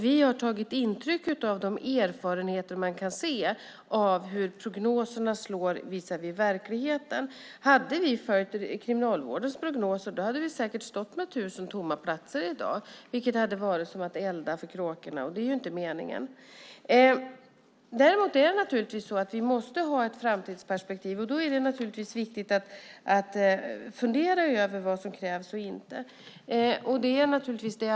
Vi har tagit intryck av de erfarenheter man har av hur prognoserna slår visavi verkligheten. Hade vi följt Kriminalvårdens prognoser hade vi säkert stått med 1 000 tomma platser i dag, vilket hade varit som att elda för kråkorna, och det är ju inte meningen. Däremot måste vi naturligtvis ha ett framtidsperspektiv, och då är det viktigt att fundera över vad som krävs och inte. Det arbetet pågår.